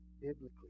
biblically